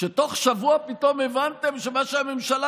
שבתוך שבוע פתאום הבנתם שמה שהממשלה